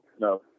no